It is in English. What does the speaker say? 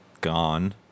gone